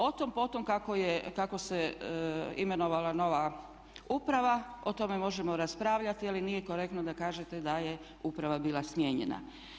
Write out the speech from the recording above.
Otom potom kako se imenovala nova uprava, o tome možemo raspravljati ali nije korektno da kažete da je uprava bila smijenjena.